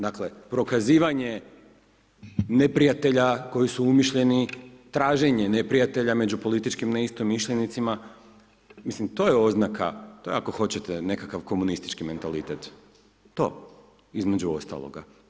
Dakle, prokazivanje neprijatelja koji su umišljeni, traženje neprijatelja među političkim neistomišljenicima mislim to je oznaka, to je ako hoćete nekakav komunistički mentalitet, to, između ostaloga.